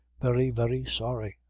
very, very sorry.